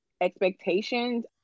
expectations